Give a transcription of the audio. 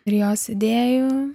ir jos idėjų